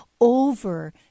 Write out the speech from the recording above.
over